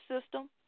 system